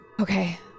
Okay